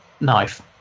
knife